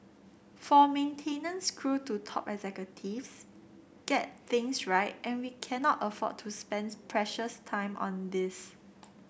from maintenance crew to top executives get things right and we cannot afford to spend precious time on this